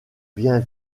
bien